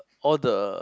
all the